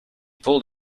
pulled